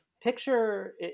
picture